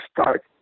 start